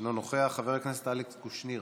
אינו נוכח, חבר הכנסת אלכס קושניר,